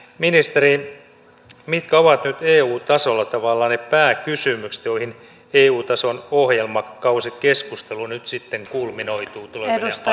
ministeri mitkä ovat nyt eun tasolla tavallaan ne pääkysymykset joihin eu tason ohjelmakausikeskustelu nyt sitten kulminoituu tulevina aikoina